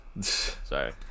Sorry